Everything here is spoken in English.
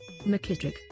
McKittrick